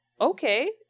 okay